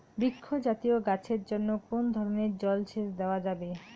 বৃক্ষ জাতীয় গাছের জন্য কোন ধরণের জল সেচ দেওয়া যাবে?